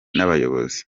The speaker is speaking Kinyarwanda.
n’abayobozi